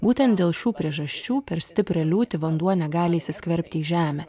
būtent dėl šių priežasčių per stiprią liūtį vanduo negali įsiskverbti į žemę